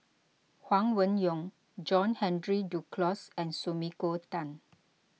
Huang Wenhong John Henry Duclos and Sumiko Tan